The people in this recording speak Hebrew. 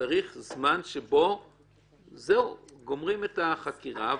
צריך זמן שבו גומרים את החקירה,